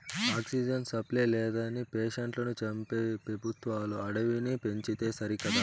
oxygen supply లేదని పేషెంట్లను చంపే పెబుత్వాలు అడవిని పెంచితే సరికదా